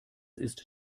ist